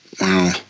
Wow